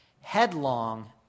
headlong